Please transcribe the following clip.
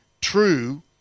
true